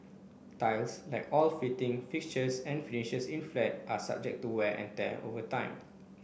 tiles like all fitting fixtures and finishes in a flat are subject to wear and tear over time